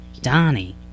Donnie